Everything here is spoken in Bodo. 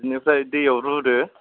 बिनिफ्राय दैयाव रुदो